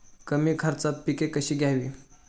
कमी खर्चात पिके कशी घ्यावी?